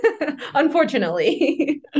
unfortunately